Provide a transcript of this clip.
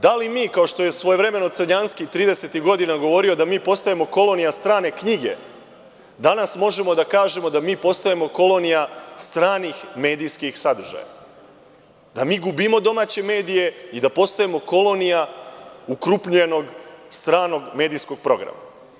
Da li mi, kao što je svojevremeno Crnjanski tridesetih godina govorio da mi postajemo kolonija strane knjige, danas možemo da kažemo da mi postajemo poput kolonija stranih medijskih sadržaja, da mi gubimo domaće medije i da postajemo kolonija ukrupnjenog stranog medijskog programa?